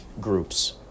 groups